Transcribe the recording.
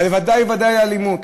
בוודאי ובוודאי אלימות.